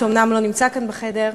שאומנם לא נמצא כאן בחדר,